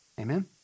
Amen